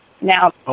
Now